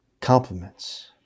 compliments